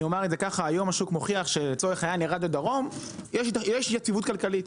אני אומר את זה ככה: היום השוק מוכיח שברדיו דרום יש יציבות כלכלית,